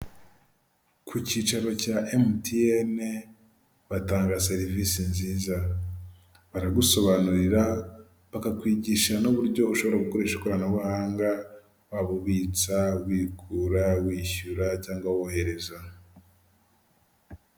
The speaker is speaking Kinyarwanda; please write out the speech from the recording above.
Nta muntu utagira inzozi zo kuba mu nzu nziza kandi yubatse neza iyo nzu iri mu mujyi wa kigali uyishaka ni igihumbi kimwe cy'idolari gusa wishyura buri kwezi maze nawe ukibera ahantu heza hatekanye.